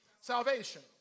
salvation